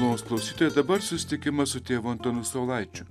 malonūs klausytojas dabar susitikime su tėvu antanu saulaičiu